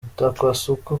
mutakwasuku